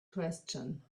question